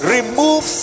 Remove